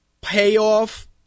payoff